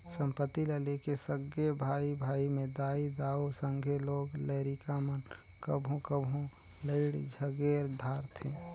संपत्ति ल लेके सगे भाई भाई में दाई दाऊ, संघे लोग लरिका मन कभों कभों लइड़ झगेर धारथें